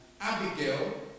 Abigail